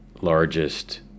largest